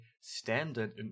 standard